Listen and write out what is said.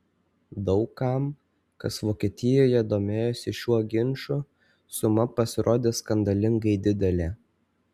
daug kam kas vokietijoje domėjosi šiuo ginču suma pasirodė skandalingai didelė